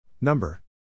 Number